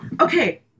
Okay